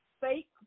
fake